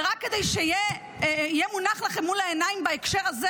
ורק כדי שיהיה מונח לכם מול העיניים בהקשר הזה,